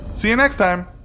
see you next time!